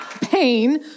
Pain